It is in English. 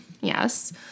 Yes